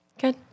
Good